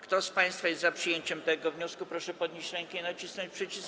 Kto z państwa jest za przyjęciem tego wniosku, proszę podnieść rękę i nacisnąć przycisk.